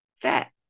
fat